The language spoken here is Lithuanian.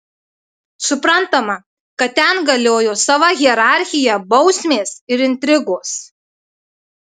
suprantama kad ten galiojo sava hierarchija bausmės ir intrigos